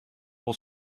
wol